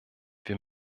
wir